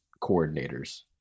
coordinators